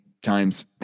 times